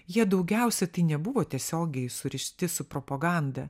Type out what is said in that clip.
jie daugiausia tai nebuvo tiesiogiai surišti su propaganda